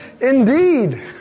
indeed